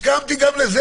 הסכמתי גם לזה,